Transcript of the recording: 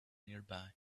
nearby